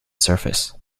surface